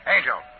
Angel